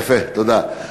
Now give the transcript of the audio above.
יפה, תודה.